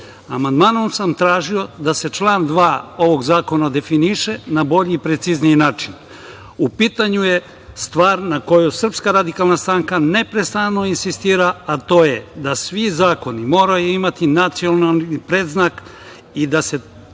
Amandmanom sam tražio da se član 2. ovog zakona definiše na bolji i precizniji način. U pitanju je stvar na koju SRS neprestano insistira, a to je da svi zakoni moraju imati nacionalni predznak i da se